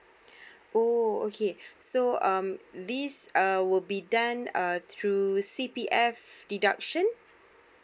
oh okay so um these err will be done uh through C_P_F deduction